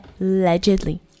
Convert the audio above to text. Allegedly